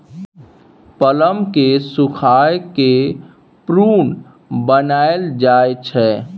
plum केँ सुखाए कए प्रुन बनाएल जाइ छै